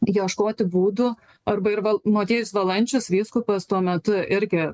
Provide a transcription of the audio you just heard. ieškoti būdų arba ir gal motiejus valančius vyskupas tuo metu irgi